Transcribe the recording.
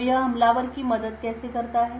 तो यह हमलावर की मदद कैसे करता है